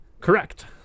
Correct